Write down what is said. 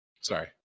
sorry